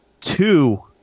Two